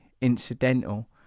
incidental